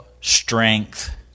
strength